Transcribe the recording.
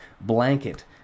blanket